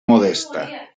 modesta